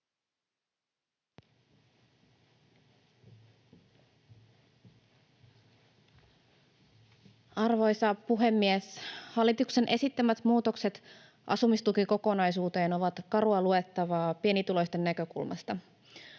Arvoisa puhemies! Hallituksen esittämät muutokset asumistukikokonaisuuteen ovat karua luettavaa pienituloisten näkökulmasta.